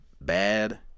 bad